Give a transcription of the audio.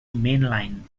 mainline